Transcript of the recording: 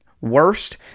worst